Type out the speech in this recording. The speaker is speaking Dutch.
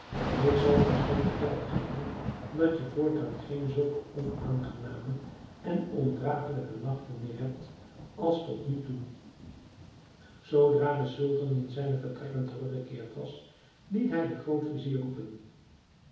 ik zal terstond bevelen geven dat je voortaan geen zulke onaangename en ondragelijke nachten meer hebt als tot nu toe zoodra de sultan in zijne vertrekken teruggekeerd was liet hij den grootvizier roepen